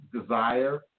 desire